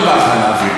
לא בא לך להעביר,